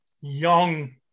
young